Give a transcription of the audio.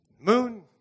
Moon